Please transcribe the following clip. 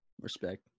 Respect